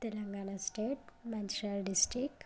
Telangana state Mancherial district